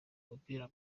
umupira